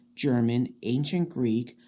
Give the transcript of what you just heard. german, ancient greek,